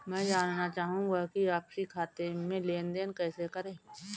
मैं जानना चाहूँगा कि आपसी खाते में लेनदेन कैसे करें?